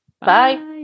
Bye